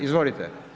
Izvolite.